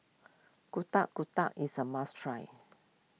Getuk Getuk is a must try